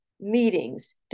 meetings